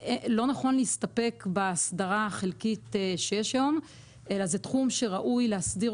שלא נכון להסתפק באסדרה החלקית שיש היום אלא זה תחום שראוי להסדיר